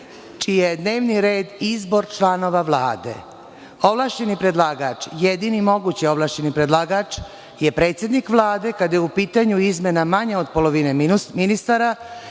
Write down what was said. čiji je dnevni red izbor članova Vlade. Ovlašćeni predlagač, jedini mogući ovlašćeni predlagač je predsednik Vlade, kada je u pitanju izmena manje od polovine ministara